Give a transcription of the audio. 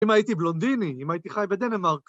אם הייתי בלונדיני, אם הייתי חי בדנמרק.